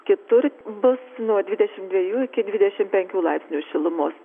kitur bus nuo dvidešim dviejų iki dvidešim penkių laipsnių šilumos